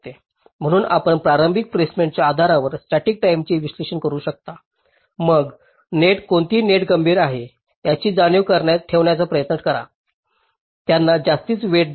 म्हणून आपण प्रारंभिक प्लेसमेंटच्या आधारावर स्टॅटिक टाईमेचे विश्लेषण करू शकता मग नेट कोणती नेट गंभीर आहे याची जाणीव ठेवण्याचा प्रयत्न करा त्यांना जास्त वेईटस द्या